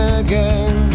again